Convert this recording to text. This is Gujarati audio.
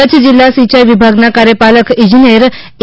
કચ્છ જિલ્લા સિંચાઈ વિભાગના કાર્યપાલક ઈજનેર એ